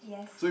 yes